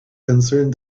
concerned